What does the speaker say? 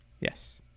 Yes